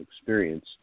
experience